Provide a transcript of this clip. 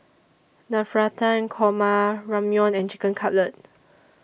Navratan Korma Ramyeon and Chicken Cutlet